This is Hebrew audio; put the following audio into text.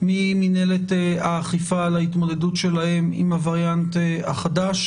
ממינהלת האכיפה על ההתמודדות שלהם עם הווריאנט החדש.